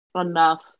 Enough